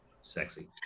Sexy